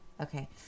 Okay